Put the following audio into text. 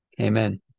Amen